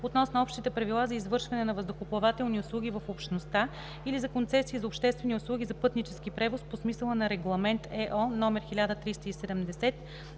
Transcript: относно общите правила за извършване на въздухоплавателни услуги в Общността, или за концесии за обществени услуги за пътнически превоз по смисъла на Регламент (ЕО) №